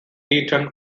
eton